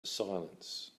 silence